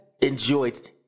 enjoyed